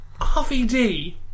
RVD